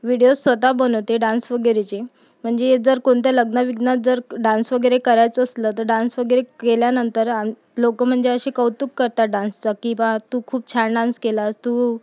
videos स्वतः बनवते dance वगैरेचे म्हणजे जर कोणत्या लग्ना विग्नात जर डान्स वगैरे करायचं असलं तर डान्स वगैरे केल्यानंतर आम् लोक म्हणजे अशी कौतुक करतात डान्सचा की बा तू खूप छान डान्स केलास तू